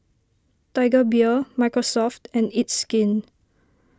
Tiger Beer Microsoft and It's Skin